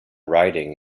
writing